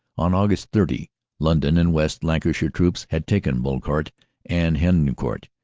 on aug. thirty london and west lancashire troops had taken bullecourt and hendecourt,